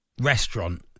restaurant